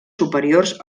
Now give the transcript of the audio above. superiors